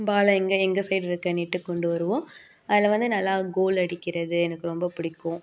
பாலை எங்கள் எங்கள் சைட்லிருக்க நெட்டுக்கு கொண்டு வருவோம் அதில் வந்து நல்லா கோல் அடிக்கிறது எனக்கு ரொம்ப பிடிக்கும்